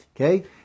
okay